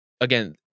again